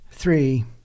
Three